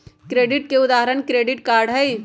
credit के उदाहरण credit card हई